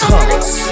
Colors